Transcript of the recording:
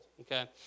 okay